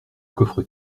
coffre